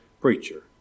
preacher